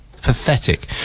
pathetic